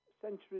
centuries